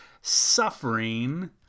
suffering